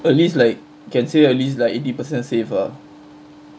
at least like can say at least like eighty percent safe ah